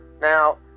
Now